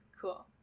Cool